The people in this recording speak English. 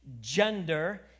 gender